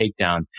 takedown